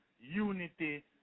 unity